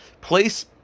Place